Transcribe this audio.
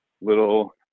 little